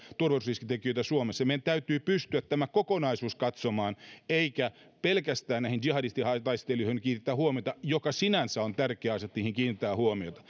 turvallisuusriskitekijöitä suomessa ja meidän täytyy pystyä tämä kokonaisuus katsomaan eikä pelkästään näihin jihadistitaistelijoihin kiinnittää huomiota joka sinänsä on tärkeä asia että heihin kiinnitetään huomiota